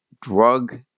drug